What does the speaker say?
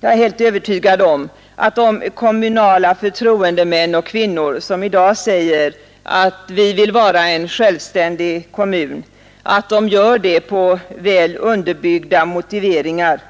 Jag är helt övertygad om att de kommunala förtroendemän och kvinnor som i dag säger att de vill ha en självständig kommun gör detta på väl underbyggda motiveringar.